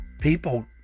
people